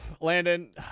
Landon